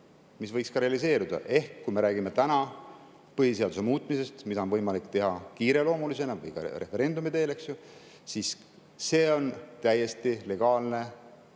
see võiks ka realiseeruda. Kui me räägime põhiseaduse muutmisest, mida on võimalik teha kiireloomulisena või ka referendumi teel, siis see on täiesti legaalne.